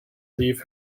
leave